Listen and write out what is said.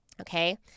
okay